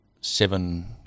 seven